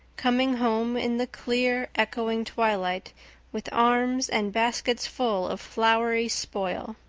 coming home in the clear, echoing twilight with arms and baskets full of flowery spoil.